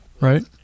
right